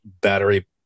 battery